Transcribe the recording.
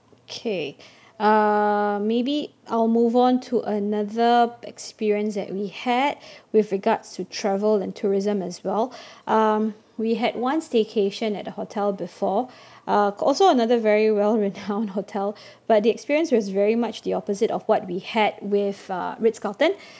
okay uh maybe I'll move on to another experience that we had with regards to travel and tourism as well um we had one staycation at the hotel before uh also another very well renowned hotel but the experience was very much the opposite of what we had with uh Ritz Carlton